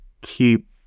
keep